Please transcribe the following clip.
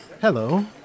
Hello